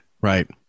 Right